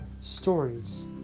stories